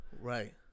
right